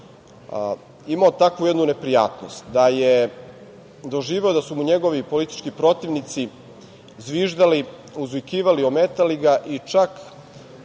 imao takvu jednu neprijatnost da je doživeo da su mu njegovi politički protivnici zviždali, uzvikivali, ometali ga i čak